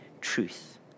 truth